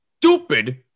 stupid